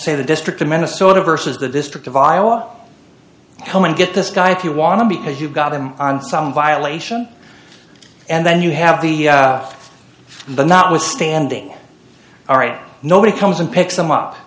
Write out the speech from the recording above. say the district in minnesota versus the district of iowa come and get this guy if you want to because you've got him on some violation and then you have the the notwithstanding all right nobody comes and picks them up